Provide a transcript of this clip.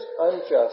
unjust